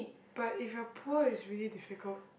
but if you're poor is really difficult